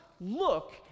look